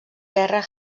guerra